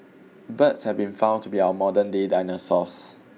birds have been found to be our modern day dinosaurs